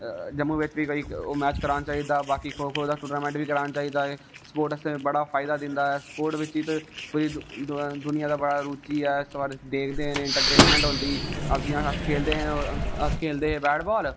जम्मू बिच बी भाई मैच कराने चाहिदा बाकी खो खो दी टूर्नामेंट बी करानी चाहिदी स्पोटस आस्तै बी बड़ा फायदा दिंदा स्पोटस बिच बी कोई दुनियां दी बड़ी रुची ऐ सारे दिखदे ना इंटरटेनमेंट होंदी जियांअस खेलदे हे बेटबाल